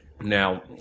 Now